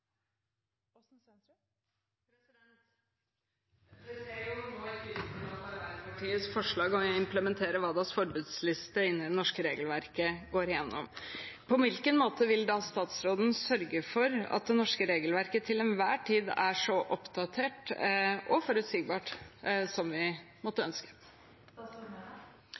Det ser nå ikke ut til at Arbeiderpartiets forslag om å implementere WADAs forbudsliste inn i det norske regelverket går igjennom. På hvilken måte vil da statsråden sørge for at det norske regelverket til enhver tid er så oppdatert og forutsigbart som vi måtte ønske?